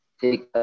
take